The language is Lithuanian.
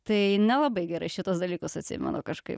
tai nelabai gerai šituos dalykus atsimenu kažkaip